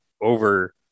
over